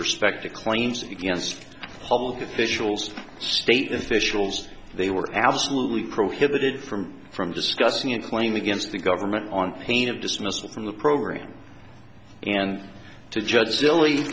respect to claims against public officials state officials they were absolutely prohibited from from discussing a claim against the government on pain of dismissal from the program and to judge silly